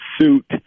suit